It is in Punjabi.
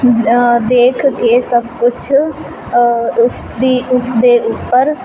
ਦੇਖ ਕੇ ਸਭ ਕੁਛ ਉਸਦੇ ਉਸਦੇ ਉੱਪਰ